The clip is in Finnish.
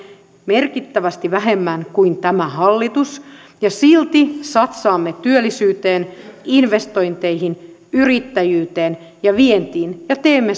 merkittävästi vähemmän kuin tämä hallitus ja silti satsaamme työllisyyteen investointeihin yrittäjyyteen ja vientiin ja teemme